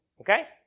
okay